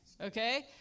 okay